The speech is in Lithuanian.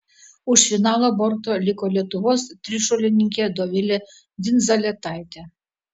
už finalo borto liko lietuvos trišuolininkė dovilė dzindzaletaitė